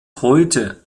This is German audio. heute